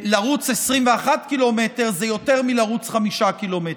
אתה יודע שלרוץ 21 ק"מ זה יותר מלרוץ 5 ק"מ.